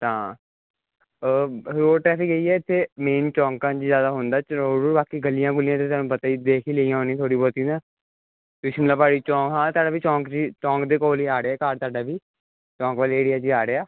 ਤਾਂ road traffic ਇਹ ਹੀ ਆ ਇੱਥੇ ਮੈਂ ਚੌਂਕਾਂ 'ਚ ਹੀ ਜ਼ਿਆਦਾ ਹੁੰਦਾ ਚਲਾਉਣ ਨੂੰ ਬਾਕੀ ਗਲੀਆਂ ਗੁਲੀਆਂ ਤਾਂ ਤੁਹਾਨੂੰ ਪਤਾ ਹੀ ਦੇਖ ਹੀ ਲਈਆਂ ਹੋਣੀ ਥੋੜ੍ਹੀ ਬਹੁਤੀ ਨਾ ਬਿਸਮਿਲਾ ਭਾਜੀ ਚੌਕ ਹਾਂ ਤੁਹਾਡਾ ਵੀ ਚੌਂਕ 'ਚ ਹੀ ਚੌਂਕ ਦੇ ਕੋਲ ਹੀ ਅੜਿਆ ਘਰ ਤੁਹਾਡਾ ਵੀ ਚੌਂਕ ਵਾਲੇ ਏਰੀਆ 'ਚ ਆ ਰਿਹਾ